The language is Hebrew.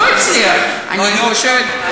לא, היא עוד שם.